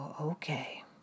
okay